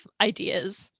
ideas